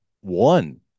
One